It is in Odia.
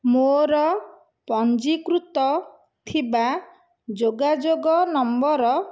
ମୋର ପଞ୍ଜୀକୃତ ଥିବା ଯୋଗାଯୋଗ ନମ୍ବର